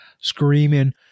Screaming